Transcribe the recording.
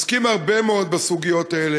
עוסקים הרבה מאוד בסוגיות האלה,